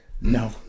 no